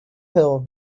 hill